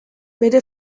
bere